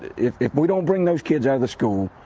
if if we don't bring those kids out of the school,